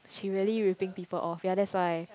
she really ripping people off ya that's why